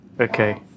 Okay